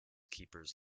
keepers